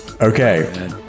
Okay